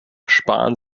sparen